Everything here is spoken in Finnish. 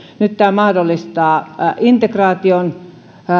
nyt tämä mahdollistaa integraation